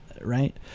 right